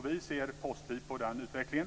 Vi ser positivt på den utvecklingen.